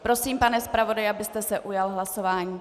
Prosím, pane zpravodaji, abyste se ujal hlasování.